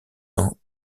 ans